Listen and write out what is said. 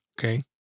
Okay